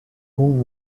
whom